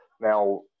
Now